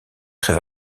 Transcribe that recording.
très